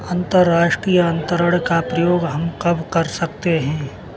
अंतर्राष्ट्रीय अंतरण का प्रयोग हम कब कर सकते हैं?